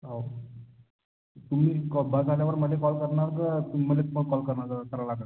हो तुम्ही कॉ बस आल्यावर मला कॉल करणार का मला तुम्हाला कॉल करणार करा लागन